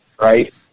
right